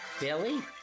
Billy